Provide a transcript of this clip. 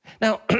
Now